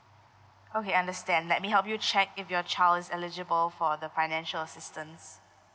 okay understand let me help you check if your child is eligible for the financial assistance